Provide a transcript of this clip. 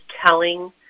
telling